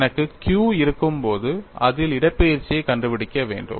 எனக்கு Q இருக்கும்போது இதில் இடப்பெயர்ச்சியைக் கண்டுபிடிக்க வேண்டும்